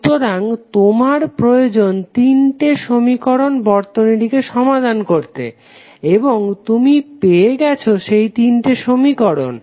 সুতরাং তোমার প্রয়োজন তিনটি সমীকরণ বর্তনীটিকে সমাধান করতে এবং তুমি পেয়ে গেছো সেই তিনটি সমীকরণ